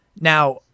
Now